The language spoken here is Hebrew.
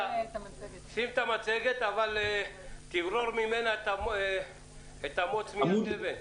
שים את המצגת אבל תברור את המוץ מן התבן.